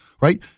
Right